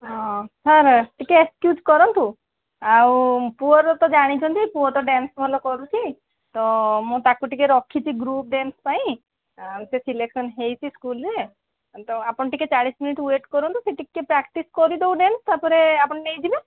ହଁ ସାର୍ ଟିକେ ଏକ୍ସ୍କ୍ୟୁଜ୍ କରନ୍ତୁ ଆଉ ପୁଅର ତ ଜାଣିଛନ୍ତି ପୁଅ ତ ଡ୍ୟାନ୍ସ୍ ଭଲ କରୁଛି ତ ମୁଁ ତା'କୁ ଟିକେ ରଖିଛି ଗୃପ୍ ଡ୍ୟାନ୍ସ୍ ପାଇଁ ଆଉ ସିଏ ସିଲେକ୍ସନ୍ ହେଇଛି ସ୍କୁଲ୍ରେ ତ ଆପଣ ଟିକେ ଚାଳିଶ ମିନିଟ୍ ୱେଟ୍ କରନ୍ତୁ ସିଏ ଟିକେ ପ୍ରାକ୍ଟିସ୍ କରିଦେଉ ଡ୍ୟାନ୍ସ୍ ତା'ପରେ ଆପଣ ନେଇଯିବେ